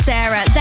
Sarah